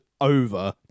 over